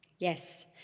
Yes